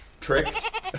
tricked